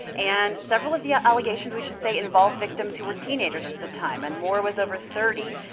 and several of the allegations, we should say, involve victims who were teenagers at the time, and moore was over thirty.